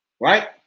right